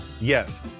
Yes